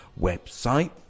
website